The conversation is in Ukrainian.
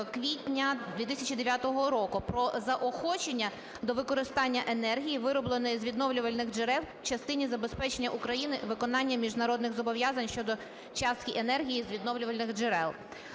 квітня 2009 року про заохочення до використання енергії, виробленої з відновлюваних джерел в частині забезпечення Україною виконання міжнародних зобов'язань щодо частки енергії з відновлювальних джерел.